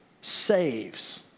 saves